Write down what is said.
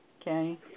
okay